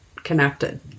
connected